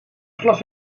glas